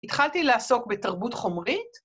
התחלתי לעסוק בתרבות חומרית.